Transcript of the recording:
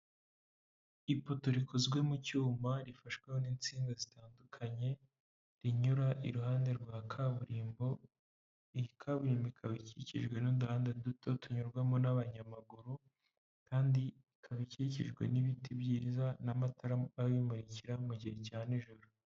Ipoto rikozwe mu cyuma rifashweho n'insinga zitandukanye, rinyura iruhande rwa kaburimbo, iyi kaburimbo ikaba ikikijwe n'uduranda duto tunyurwamo n'abanyamaguru, kandi ikaba ikikijwe n'ibiti byiza n'amatara abimurikira mu gihe cya nijoro.